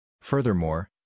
Furthermore